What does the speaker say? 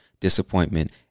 disappointment